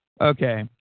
Okay